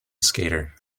skater